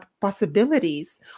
possibilities